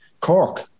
Cork